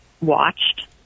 watched